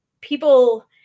people